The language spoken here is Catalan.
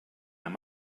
amb